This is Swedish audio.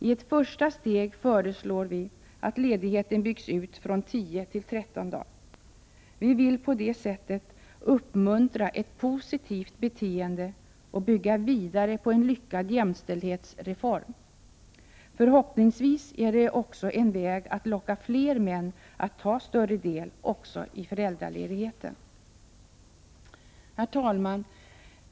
I ett första steg föreslår vi att ledigheten byggs ut från 10 till 13 dagar. Vi vill på detta sätt uppmuntra ett positivt beteende och bygga vidare på en lyckad jämställdhetsreform. Förhoppningsvis är det också en väg att locka fler män att ta en större del också av föräldraledigheten. Herr talman!